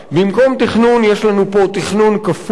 במקום תכנון, יש לנו פה תכנון כפוי,